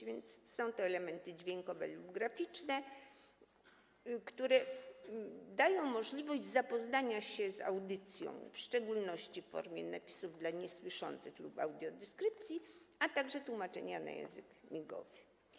A więc to są elementy dźwiękowe lub graficzne, które dają możliwość zapoznania się z audycją, w szczególności w formie napisów dla niesłyszących lub audiodeskrypcji, a także tłumaczenia na język migowy.